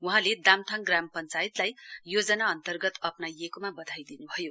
वहाँले दाम्थाङ ग्राम पञ्चायतलाई योजना अन्तर्गत अप्नाइएकोमा बधाई दिन् भयो